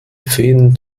fäden